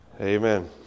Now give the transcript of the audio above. Amen